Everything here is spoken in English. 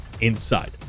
inside